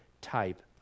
type